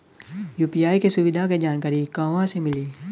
UPI के सुविधा के जानकारी कहवा से मिली?